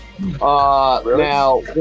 Now